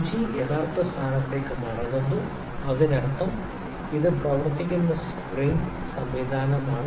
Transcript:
സൂചി യഥാർത്ഥ സ്ഥാനത്തേക്ക് മടങ്ങുന്നു അതിനർത്ഥം ഇത് പ്രവർത്തിക്കുന്ന സ്പ്രിംഗ് സംവിധാനമാണ്